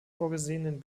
vorgesehenen